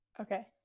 Okay